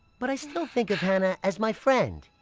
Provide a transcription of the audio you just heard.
but i still think of hanah as my friend.